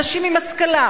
אנשים עם השכלה,